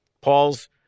Paul's